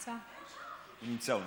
שנמצא, הוא נמצא.